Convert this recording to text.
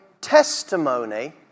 testimony